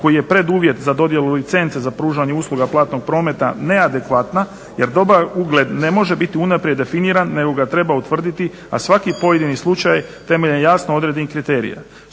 koji je preduvjet za dodjelu licence za pružanje usluga platnog prometa neadekvatna jer dobar ugled ne može biti unaprijed definiran nego ga treba utvrditi, a svaki pojedini slučaj temeljem jasno određenih kriterija.